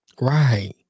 Right